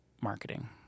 marketing